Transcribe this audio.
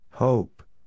Hope